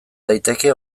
daiteke